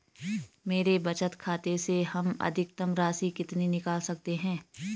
मेरे बचत खाते से हम अधिकतम राशि कितनी निकाल सकते हैं?